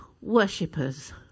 worshippers